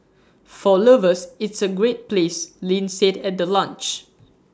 for lovers it's A great place Lin said at the launch